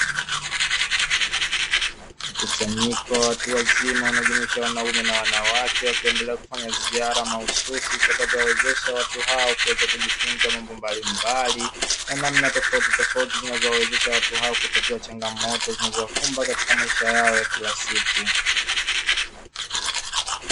Mkusanyiko wa watu wazima unaojumisha wanaume na wanawake, wakiendelea kufanya ziara mahususi, zitakazo wawezesha watu hao kuweza kujifunza mambo mbalimbali na namna tofauti tofauti zinazowawezesha watu hao kutatua changamoto zinazowakumba katika maisha yao ya kila siku.